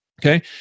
okay